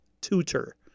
tutor